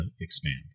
expand